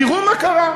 תראו מה קרה: